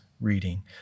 reading